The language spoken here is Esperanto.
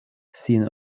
sin